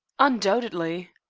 undoubtedly.